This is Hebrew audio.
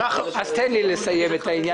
אז תן לי לסיים את העניין.